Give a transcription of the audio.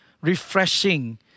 Refreshing